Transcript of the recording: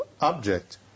object